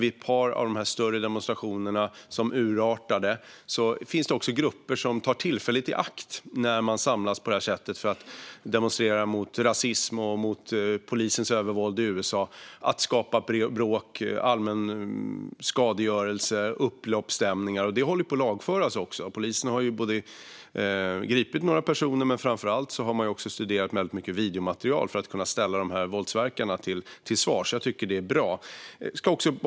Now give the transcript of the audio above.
Vid ett par av de större demonstrationer som urartade fanns det dock grupper som tog tillfället i akt att skapa bråk och upploppsstämning och ägna sig åt allmän skadegörelse när människor samlades på detta sätt för att demonstrera mot rasism och mot polisens övervåld i USA. Detta håller på att lagföras - polisen har gripit några personer, och framför allt har man studerat väldigt mycket videomaterial för att kunna ställa dessa våldsverkare till svars. Jag tycker att det är bra.